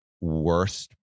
worst